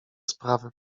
sprawy